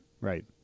right